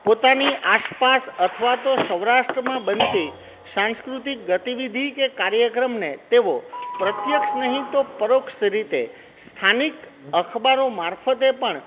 પોતાની આસપાસ અથવા તો સૌરાષ્ટ્રમાં બનતી સાંસ્કૃતિક ગતિવિધિ કે કાર્યક્રમને તેઓ પ્રત્યક્ષ નહીં તો પરોક્ષ રીતે સ્થાનિક અખબારો મારફતે પણ